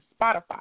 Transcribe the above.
Spotify